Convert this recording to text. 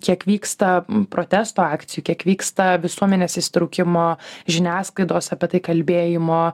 kiek vyksta protesto akcijų kiek vyksta visuomenės įsitraukimo žiniasklaidos apie tai kalbėjimo